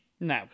No